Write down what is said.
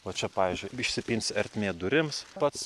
va čia pavyzdžiui išsipins ertmė durims pats